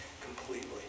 completely